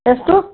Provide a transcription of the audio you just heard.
ಎಷ್ಟು